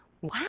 wow